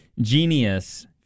Genius